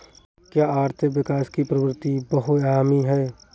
क्या आर्थिक विकास की प्रवृति बहुआयामी है?